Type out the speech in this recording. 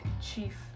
Chief